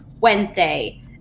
Wednesday